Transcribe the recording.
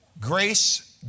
grace